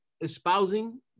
espousing